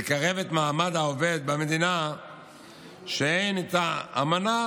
לקרב את מעמד העובד במדינה שאין איתה אמנה